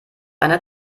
eine